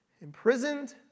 imprisoned